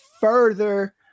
further